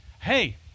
hey